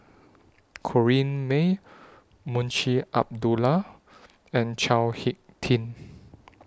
Corrinne May Munshi Abdullah and Chao Hick Tin